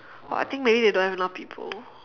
what I think maybe they don't have enough people